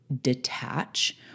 detach